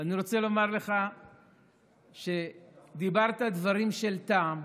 ואני רוצה לומר לך שדיברת דברים של טעם.